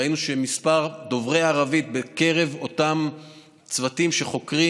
ראינו שמספר דוברי הערבית בקרב אותם צוותים שחוקרים